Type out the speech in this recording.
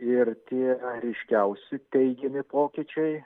ir tie ryškiausi teigiami pokyčiai